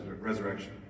resurrection